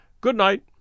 Good-night